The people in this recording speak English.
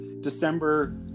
december